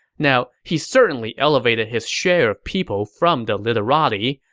now, he certainly elevated his share of people from the literati,